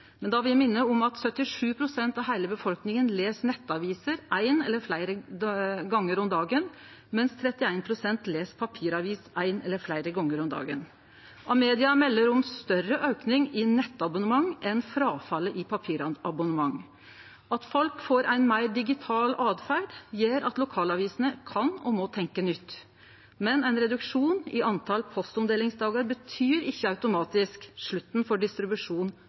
Men då vil eg minne om at 77 pst. av heile befolkninga les nettaviser ein eller fleire gonger om dagen, mens 31 pst. les papiravis ein eller fleire gonger om dagen. Amedia melder om ein større auke i nettabonnement enn fråfallet i papirabonnement. At folk får ein meir digital åtferd, gjer at lokalavisene kan og må tenkje nytt. Men ein reduksjon i talet på postomdelingsdagar tyder ikkje automatisk slutten for